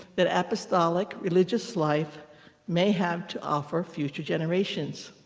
that apostolic religious life may have to offer future generations.